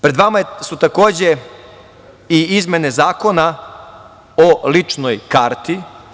Pred vama su takođe i izmene Zakona o ličnoj karti.